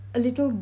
a little